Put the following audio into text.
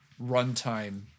runtime